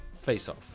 Face-Off